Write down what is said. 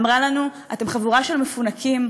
אמרה לנו: אתם חבורה של מפונקים,